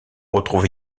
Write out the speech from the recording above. retrouve